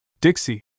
Dixie